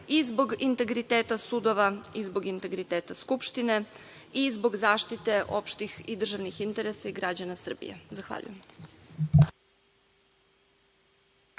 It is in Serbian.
i zbog integriteta sudova i zbog integriteta Skupštine i zbog zaštite opštih i državnih interesa i građana Srbije. Zahvaljujem.